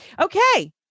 Okay